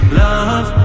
love